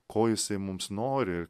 ko jisai mums nori